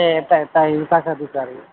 એ તાઈ તાઈ વિકાસ અધિકારી